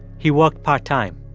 he worked part time.